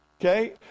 Okay